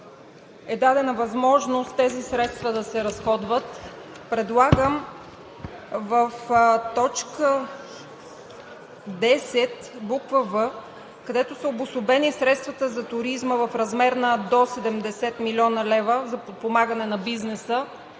е дадена възможност тези средства да се разходват, предлагам в т. 10, б. „в“, където са обособени средствата за туризма в размер на до 70 млн. лв. за подпомагане на бизнеса